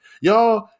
Y'all